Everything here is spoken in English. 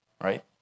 right